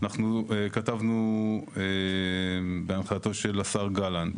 אנחנו כתבנו בהנחייתו של השר גלנט